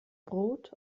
brot